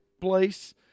place